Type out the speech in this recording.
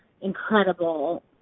incredible